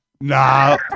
Nah